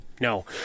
No